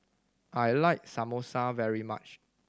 I like Samosa very much